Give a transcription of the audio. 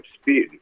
speed